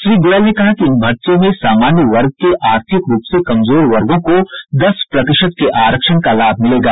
श्री गोयल ने कहा कि इन भर्तियों में सामान्य वर्ग के आर्थिक रूप से कमजोर वर्गो को दस प्रतिशत के आरक्षण का लाभ मिलेगा